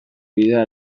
bidea